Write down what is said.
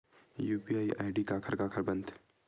UPI ID काखर काखर बनथे?